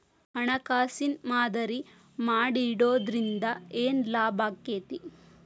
ಹಣ್ಕಾಸಿನ್ ಮಾದರಿ ಮಾಡಿಡೊದ್ರಿಂದಾ ಏನ್ ಲಾಭಾಕ್ಕೇತಿ?